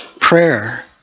Prayer